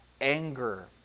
anger